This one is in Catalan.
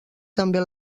també